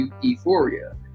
euphoria